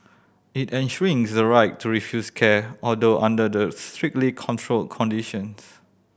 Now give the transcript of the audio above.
it enshrines the right to refuse care although under the strictly controlled conditions